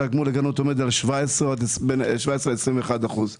הגמול לגננות עומד על 17 עד 21 אחוזים.